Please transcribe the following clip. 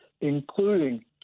including